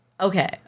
okay